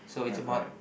ya correct